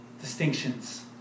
distinctions